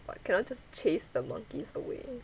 but cannot just chase the monkeys away